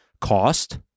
cost